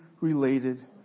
related